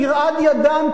תרעד ידם,